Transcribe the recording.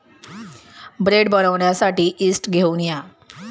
bread बनवण्यासाठी yeast घेऊन या